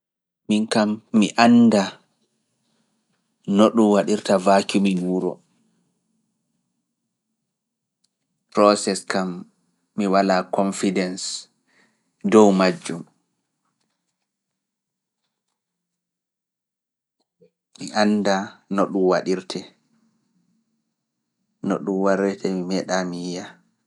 Min kam, mi annda no ɗum waɗirta VACUUMINmin wuro, proses kam mi walaa konfidens dow majjum. Mi annda no ɗum waɗirte, no ɗum warrete mi meeɗa, mi yiya.